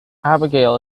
abigail